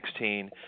2016